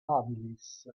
habilis